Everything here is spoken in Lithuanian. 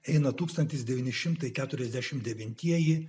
eina tūkstantis devyni šimtai keturiasdešim devintieji